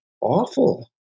awful